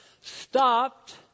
stopped